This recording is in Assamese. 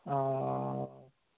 অঁ